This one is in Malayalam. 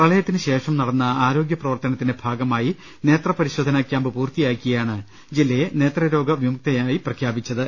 പ്രളയത്തിന് ശേഷം നടന്ന ആരോഗ്യപ്രവർത്തനത്തിന്റെ ഭാഗ മായി നേത്രപരിശോധന ക്യാമ്പ് പൂർത്തിയാക്കിയാണ് ജില്ലയെ നേത്രരോഗ വിമു ന്ന ക്തമായി പ്രഖ്യാപിച്ചത്